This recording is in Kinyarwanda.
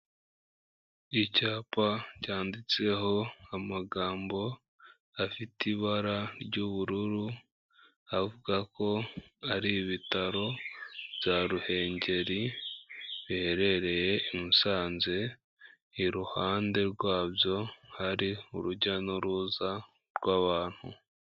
Icyapa cyanditseho amagambo afite ibara ry'ubururu avuga ko ari Ibitaro bya Ruhengeri biherereye i Musanze, iruhande rwabyo hari urujya n'uruza rw'abantu.